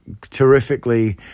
Terrifically